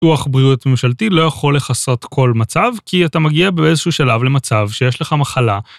ביטוח בריאות ממשלתי לא יכול לכסות כל מצב, כי אתה מגיע באיזשהו שלב למצב שיש לך מחלה,